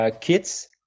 Kits